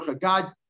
God